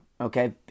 okay